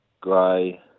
grey